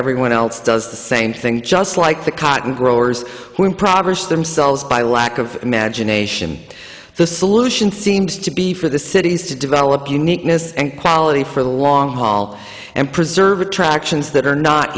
everyone else does the same thing just like the cotton growers who are in progress themselves by lack of imagination the solution seems to be for the cities to develop uniqueness and quality for the long haul and preserve attractions that are not